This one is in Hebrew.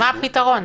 מה הפתרון?